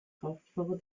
kraftfahrer